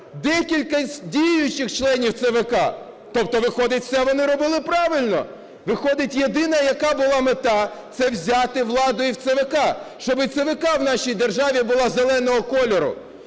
декілька діючих членів ЦВК. Тобто, виходить, все вони робили правильно? Виходить єдина, яка була мета – це взяти владу і в ЦВК, щоби і ЦВК в нашій державі була зеленого кольору?